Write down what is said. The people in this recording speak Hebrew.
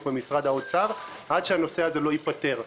ומשרד האוצר עד שהנושא הזה לא ייפתר.